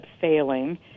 failing